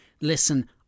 listen